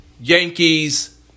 Yankees